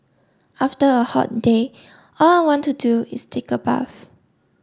after a hot day all I want to do is take a bath